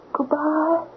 Goodbye